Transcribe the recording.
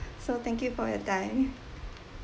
so thank you for your time